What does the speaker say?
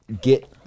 get